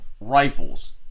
rifles